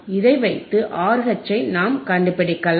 இதை வைத்து RH ஐ நாம் கண்டுபிடிக்கலாம்